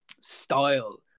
style